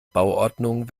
bauordnung